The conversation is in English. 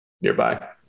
nearby